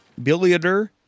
Billiarder